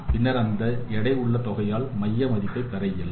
பின்னர் அந்த எடை உள்ள தொகையால் மைய மதிப்பை மாற்ற இயலும்